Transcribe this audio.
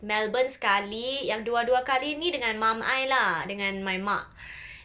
melbourne sekali yang dua-dua kali dengan mum I lah dengan my mak